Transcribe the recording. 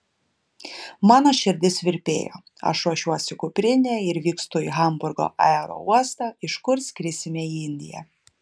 mano širdis virpėjo aš ruošiuosi kuprinę ir vykstu į hamburgo aerouostą iš kur skrisime į indiją